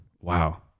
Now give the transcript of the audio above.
wow